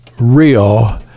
real